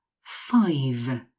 five